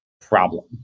problem